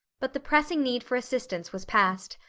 but the pressing need for assistance was past.